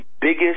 biggest